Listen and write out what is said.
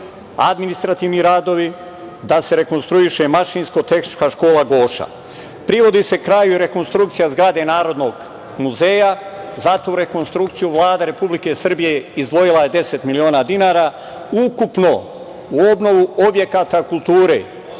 administrativni radovi da se rekonstruiše Mašinsko-tehnička škola „Goša“.Privodi se kraju rekonstrukcija zgrade Narodnog muzeja. Za tu rekonstrukciju Vlada Republike Srbije izdvojila je deset miliona dinara. Ukupno u obnovu objekata kulture